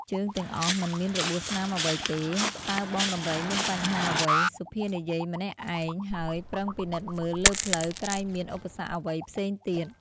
ជើងទាំងអស់មិនមានរបួសស្នាមអ្វីទេ តើបងដំរីមានបញ្ហាអ្វី? សុភានិយាយម្នាក់ឯង ហើយប្រឹងពិនិត្យមើលលើផ្លូវក្រែងមានឧបសគ្គអ្វីផ្សេងទៀត។